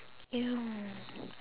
ya